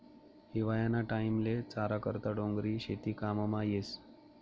हिवायाना टाईमले चारा करता डोंगरी शेती काममा येस